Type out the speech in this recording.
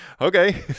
okay